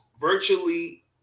virtually